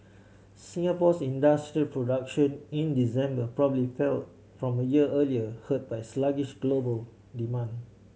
Singapore's industrial production in December probably fell from a year earlier hurt by sluggish global demand